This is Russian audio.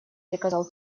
приказал